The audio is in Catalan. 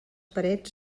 parets